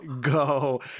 go